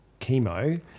chemo